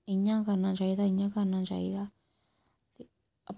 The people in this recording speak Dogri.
इयां करना चाहिदा इ'यां करना चाहिदा